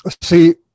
See